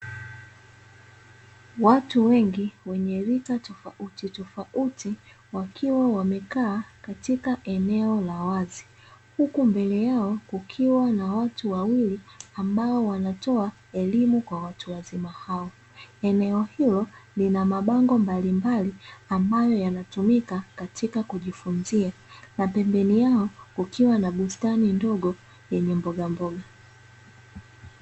Watu wengi wenye rika tofautitofauti wakiwa wamekaa katika eneo la wazi, huku mbele yao kukiwa na watu wawili ambao wanatoa elimu kwa watu wazima hao. Eneo hilo lina mabango mbalimbali ambayo yanatumika katika kujifunzia, na pembeni yao kukiwa na bustani ndogo yenye mbogamboga.